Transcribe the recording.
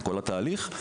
כל התהליך,